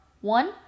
one